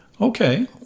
Okay